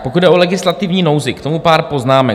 Pokud jde o legislativní nouzi, k tomu pár poznámek.